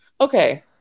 Okay